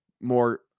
more